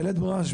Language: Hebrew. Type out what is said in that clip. בלית ברירה,